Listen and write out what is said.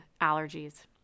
allergies